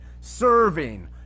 serving